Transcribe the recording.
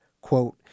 quote